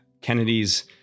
Kennedy's